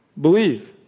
believe